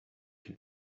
can